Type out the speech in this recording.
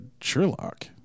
Sherlock